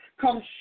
come